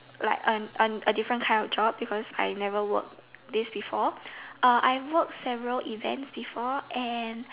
like um um a different kind of job because I never work this before uh I've worked several events before and